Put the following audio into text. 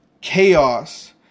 chaos